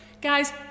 Guys